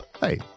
Hey